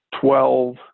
twelve